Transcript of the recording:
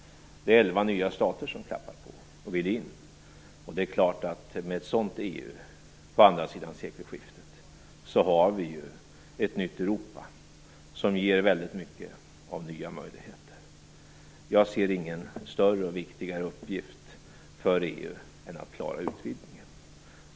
Det är elva nya stater som klappar på och vill in. Med ett sådant EU på andra sidan sekelskiftet har vi ett nytt Europa som ger väldigt mycket av nya möjligheter. Jag ser ingen större och viktigare uppgift för EU än att klara utvidgningen.